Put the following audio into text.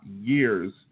years